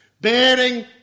bearing